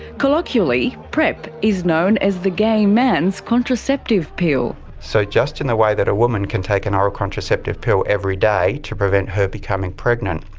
colloquially, prep is known as the gay man's contraceptive pill. so just in the way that a woman can take an oral contraceptive pill every day to prevent her becoming pregnant,